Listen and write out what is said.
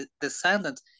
descendants